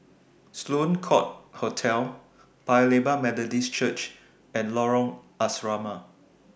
Sloane Court Hotel Paya Lebar Methodist Church and Lorong Asrama